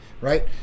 right